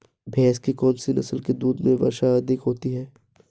भैंस की कौनसी नस्ल के दूध में वसा अधिक होती है?